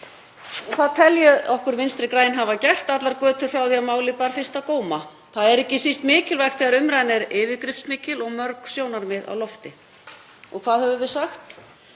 Það tel ég okkur Vinstri græn hafa gert allar götur frá því að málið bar fyrst á góma. Það er ekki síst mikilvægt þegar umræðan er yfirgripsmikil og mörg sjónarmið á lofti. Hvað höfum við sagt?